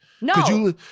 no